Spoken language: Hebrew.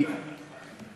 אם